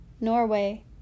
Norway